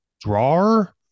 drawer